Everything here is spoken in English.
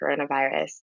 coronavirus